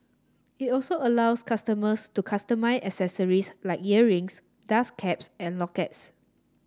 it also allows customers to customise accessories like earrings dust caps and lockets